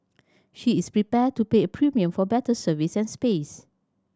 she is prepared to pay a premium for better service and space